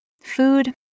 Food